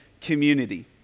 community